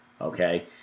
okay